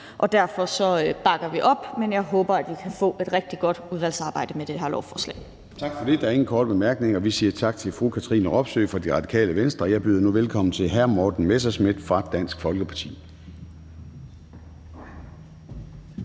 Og derfor bakker vi op, men jeg håber, at vi kan få et rigtig godt udvalgsarbejde med det her lovforslag. Kl. 11:24 Formanden (Søren Gade): Tak for det. Der er ingen korte bemærkninger, og vi siger tak til fru Katrine Robsøe fra Radikale Venstre. Jeg byder nu velkommen til hr. Morten Messerschmidt fra Dansk Folkeparti.